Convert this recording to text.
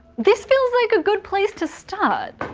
this feels like a good place to start.